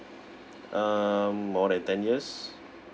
um more than ten years